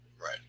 Right